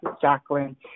Jacqueline